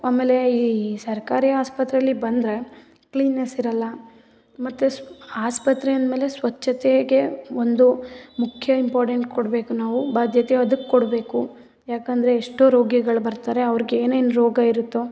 ಆಮೇಲೆ ಈ ಸರ್ಕಾರಿ ಆಸ್ಪತ್ರೆಯಲ್ಲಿ ಬಂದರೆ ಕ್ಲೀನ್ನೆಸ್ ಇರೋಲ್ಲ ಮತ್ತು ಆಸ್ಪತ್ರೆ ಅಂದ ಮೇಲೆ ಸ್ವಚ್ಛತೆಗೆ ಒಂದು ಮುಖ್ಯ ಇಂಪಾರ್ಟೆಂಟ್ ಕೊಡಬೇಕು ನಾವು ಬಾಧ್ಯತೆ ಅದುಕ್ಕೆ ಕೊಡಬೇಕು ಯಾಕಂದರೆ ಎಷ್ಟೋ ರೋಗಿಗಳು ಬರ್ತಾರೆ ಅವ್ರ್ಗೆ ಏನೇನು ರೋಗ ಇರುತ್ತೊ